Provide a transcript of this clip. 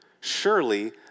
Surely